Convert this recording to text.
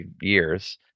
years